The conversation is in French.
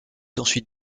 ensuite